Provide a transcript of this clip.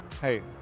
Hey